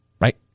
right